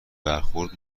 برخورد